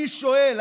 אני שואל,